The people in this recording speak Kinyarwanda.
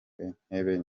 intebe